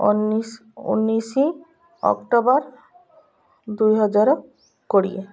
ଉଣିଶି ଉଣିଶି ଅକ୍ଟୋବର ଦୁଇ ହଜାର କୋଡ଼ିଏ